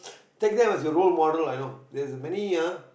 take them as your role model lah you know there's uh many ah